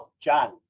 John